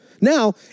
Now